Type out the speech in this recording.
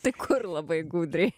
tai kur labai gudriai